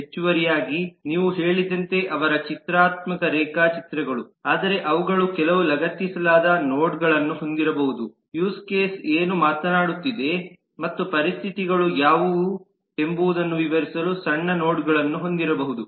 ಹೆಚ್ಚುವರಿಯಾಗಿ ನೀವು ಹೇಳಿದಂತೆ ಅವರ ಚಿತ್ರಾತ್ಮಕ ರೇಖಾಚಿತ್ರಗಳು ಆದರೆ ಅವುಗಳು ಕೆಲವು ಲಗತ್ತಿಸಲಾದ ನೋಡ್ಗಳನ್ನು ಹೊಂದಿರಬಹುದು ಯೂಸ್ ಕೇಸ್ ಏನು ಮಾತನಾಡುತ್ತಿದೆ ಮತ್ತು ಪರಿಸ್ಥಿತಿಗಳು ಯಾವುವು ಎಂಬುದನ್ನು ವಿವರಿಸಲು ಸಣ್ಣ ನೋಡ್ಗಳನ್ನು ಹೊಂದಿರಬಹುದು